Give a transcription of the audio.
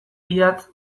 idatz